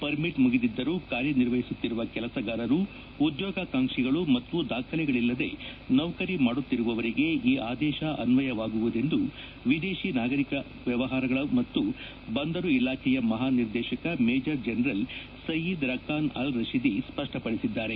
permit ಮುಗಿದಿದ್ದರೂ ಕಾರ್ಯನಿರ್ವಹಿಸುತ್ತಿರುವ ಕೆಲಸಗಾರರು ಉದ್ಯೋಗಾಕಾಂಕ್ಷಿಗಳು ಮತ್ತು ದಾಖಲೆಗಳಿಲ್ಲದೇ ನೌಕರಿ ಮಾಡುತ್ತಿರುವವರಿಗೆ ಈ ಆದೇಶ ಅನ್ನಯವಾಗುವುದೆಂದು ವಿದೇಶಿ ನಾಗರಿಕರ ವ್ಯವಹಾರಗಳು ಮತ್ತು ಬಂದರು ಇಲಾಖೆಯ ಮಹಾನಿರ್ದೇಶಕ major general Saeed Rakan Alrashidi ಸ್ಪಷ್ಪದಿಸಿದ್ದಾರೆ